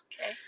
Okay